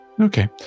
Okay